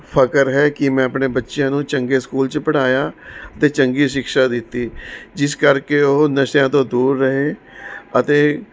ਫ਼ਖ਼ਰ ਹੈ ਕਿ ਮੈਂ ਆਪਣੇ ਬੱਚਿਆਂ ਨੂੰ ਚੰਗੇ ਸਕੂਲ 'ਚ ਪੜ੍ਹਾਇਆ ਅਤੇ ਚੰਗੀ ਸ਼ਿਕਸ਼ਾ ਦਿੱਤੀ ਜਿਸ ਕਰਕੇ ਉਹ ਨਸ਼ਿਆਂ ਤੋਂ ਦੂਰ ਰਹੇ ਅਤੇ